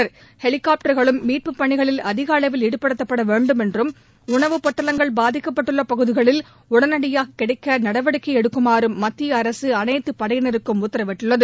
மீட்பு படகுகளும் ஹெலிகாப்டர்களும் மீட்பு பணிகளில் அதிக அளவில் ஈடுபடுத்தப்படவேண்டும் என்றும் உணவு பொட்டலங்கள் பாதிக்கப்பட்டுள்ள பகுதிகளில் உடனடியாக கிடைக்க நடவடிக்கை எடுக்குமாறும் மத்திய அரசு அனைத்து படையினருக்கும் உத்தரவிட்டுள்ளது